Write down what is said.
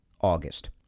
August